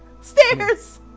Stairs